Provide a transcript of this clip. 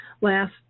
last